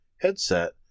headset